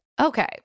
Okay